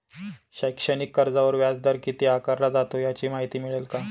शैक्षणिक कर्जावर व्याजदर किती आकारला जातो? याची माहिती मिळेल का?